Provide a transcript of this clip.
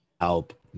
help